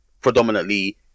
predominantly